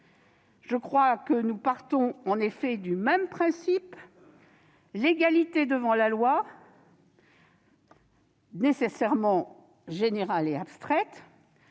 me semble que nous partons en effet du même principe : l'égalité devant la loi, nécessairement générale et abstraite,